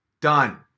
Done